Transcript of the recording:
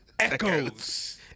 Echoes